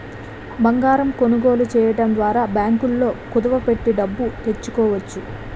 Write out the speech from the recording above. బంగారం కొనుగోలు చేయడం ద్వారా బ్యాంకుల్లో కుదువ పెట్టి డబ్బులు తెచ్చుకోవచ్చు